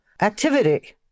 activity